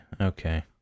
okay